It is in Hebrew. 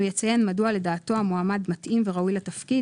הוא יציין מדוע לדעתו ה מועמד מתאים וראוי לתפקיד,